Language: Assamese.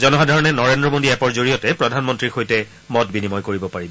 জনসাধাৰণে নৰেন্দ্ৰ মোদী এপৰ জৰিয়তে প্ৰধানমন্ত্ৰীৰ সৈতে মত বিনিময় কৰিব পাৰিব